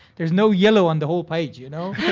there's no yellow on the whole page, you know.